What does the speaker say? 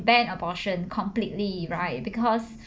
ban abortion completely right because